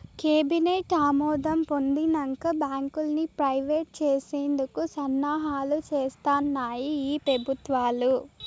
cabinet ఆమోదం పొందినంక బాంకుల్ని ప్రైవేట్ చేసేందుకు సన్నాహాలు సేస్తాన్నాయి ఈ పెబుత్వాలు